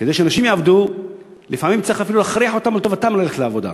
כדי שאנשים יעבדו לפעמים צריך אפילו להכריח אותם לטובתם ללכת לעבודה.